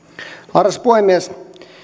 arvoisa puhemies tähän loppuun